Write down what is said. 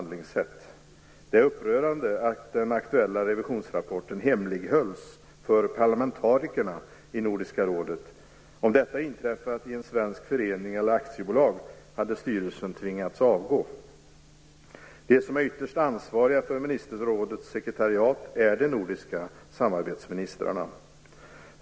Det är upprörande att den aktuella revisionsrapporten hemlighölls för parlamentarikerna i Nordiska rådet. Om detta inträffat i en svensk förening eller i ett aktiebolag hade styrelsen tvingats avgå. De som är ytterst ansvariga för ministerrådets sekretariat är de nordiska samarbetsministrarna.